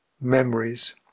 Memories